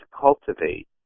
cultivate